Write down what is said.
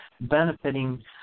benefiting